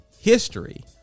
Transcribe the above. history